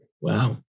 Wow